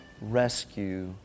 rescue